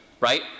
right